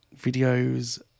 Videos